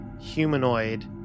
humanoid